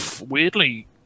weirdly